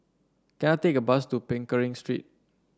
can I take a bus to Pickering Street